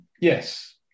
yes